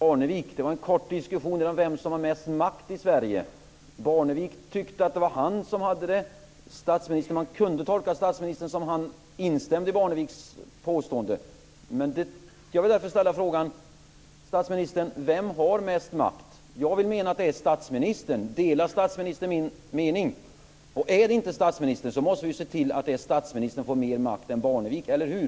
Fru talman! Statsministern sade att han var borta i går kväll. Det var jag också. Statsministern träffade Percy Barnevik. Det var en kort diskussion om vem som har mest makt i Sverige. Barnevik tyckte att det var han som hade det. Man kunde tolka statsministern som att han instämde i Barneviks påstående. Jag vill därför fråga statsministern: Vem har mest makt? Jag vill mena att det är statsministern. Delar statsministern min mening? Är det inte statsministern måste vi se till att statsministern får mer makt än Barnevik, eller hur?